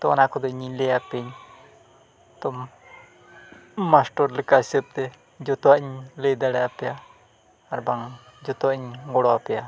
ᱛᱚ ᱚᱱᱟ ᱠᱚᱫᱚ ᱤᱧ ᱞᱟᱹᱭ ᱟᱯᱮᱭᱟ ᱛᱚ ᱢᱟᱥᱴᱚᱨ ᱞᱮᱠᱟ ᱦᱤᱥᱟᱹᱵᱛᱮ ᱡᱚᱛᱚᱣᱟᱜ ᱤᱧ ᱞᱟᱹᱭ ᱫᱟᱲᱮᱭᱟ ᱯᱮᱭᱟ ᱟᱨ ᱵᱟᱝ ᱡᱚᱛᱚᱣᱟᱜ ᱤᱧ ᱜᱚᱲᱚ ᱟᱯᱮᱭᱟ